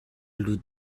lut